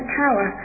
power